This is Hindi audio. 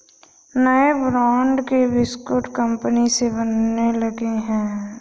नए ब्रांड के बिस्कुट कंगनी से बनने लगे हैं